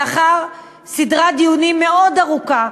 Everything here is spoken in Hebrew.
לאחר סדרת דיונים מאוד ארוכה,